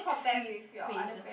three pages